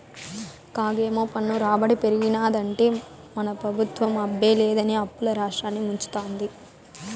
కాగేమో పన్ను రాబడి పెరిగినాదంటే మన పెబుత్వం అబ్బే లేదని అప్పుల్ల రాష్ట్రాన్ని ముంచతాంది